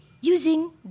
using